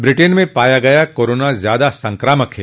Britain में पाया गया कोरोना ज्यादा संक्रामक है